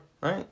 right